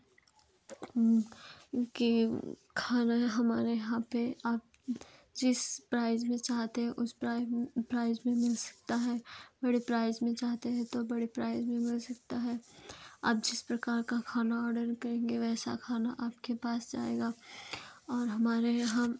के खाना हमारे यहाँ पर आप जिस प्राइस में चाहते हैं उस प्राइस में मिल सकता है तो बड़े प्राइस भी मिल सकता है आप जिस प्रकार का खाना ऑर्डर करेंगे वैसा खाना आपके पास आएगा और हमारे यहाँ